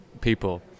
people